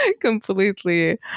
completely